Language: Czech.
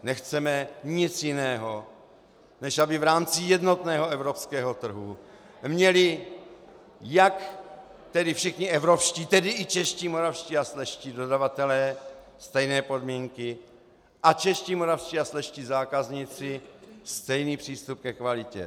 Nechceme nic jiného, než aby v rámci jednotného evropského trhu měli všichni evropští, tedy i čeští, moravští a slezští dodavatelé stejné podmínky a čeští, moravští a slezští zákazníci stejný přístup ke kvalitě.